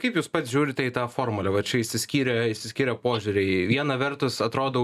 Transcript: kaip jūs pats žiūrite į tą formulę va čia išsiskyrė išsiskyrė požiūriai vieną vertus atrodo